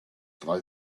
drei